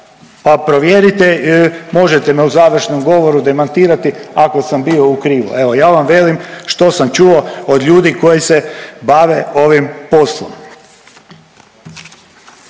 pa provjerite, možete me u završnom govoru demantirati ako sam bio u krivu. Evo, ja vam velim što sam čuo od ljudi koji se bave ovim poslom.